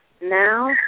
now